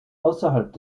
außerhalb